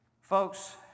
Folks